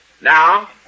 Now